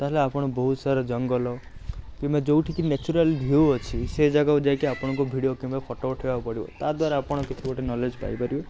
ତାହେଲେ ଆପଣ ବହୁତ୍ ସାରା ଜଙ୍ଗଲ କିମ୍ବା ଯେଉଁଠିକି ନ୍ୟାଚୁରାଲ ଭିୟୁ ଅଛି ସେ ଜାଗାକୁ ଯାଇକି ଆପଣଙ୍କୁ ଭିଡ଼ିଓ କ୍ୟାମେରାରେ ଫଟୋ ଉଠେଇବାକୁ ପଡ଼ିବ ତାଦ୍ଵାରା ଆପଣ କିଛି ଗୋଟେ ନଲେଜ୍ ପାଇପାରିବେ